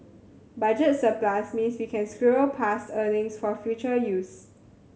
budget surplus means we can squirrel past earnings for future use